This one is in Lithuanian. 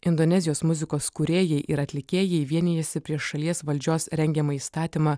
indonezijos muzikos kūrėjai ir atlikėjai vienijasi prieš šalies valdžios rengiamą įstatymą